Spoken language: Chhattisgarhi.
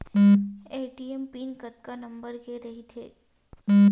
ए.टी.एम पिन कतका नंबर के रही थे?